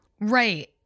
Right